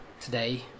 today